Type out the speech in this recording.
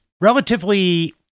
relatively